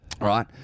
right